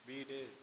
வீடு